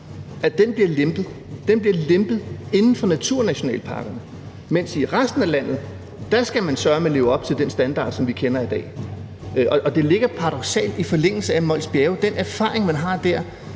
Den bliver lempet for naturnationalparkerne, mens man i resten af landet søreme skal leve op til den standard, som vi kender i dag. Og det ligger paradoksalt nok i forlængelse af den erfaring, man har fra